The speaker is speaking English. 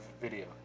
video